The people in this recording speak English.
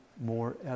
more